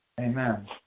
Amen